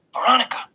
Veronica